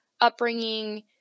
upbringing